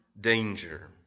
danger